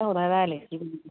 खिथाहरना रायलायसै